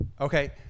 Okay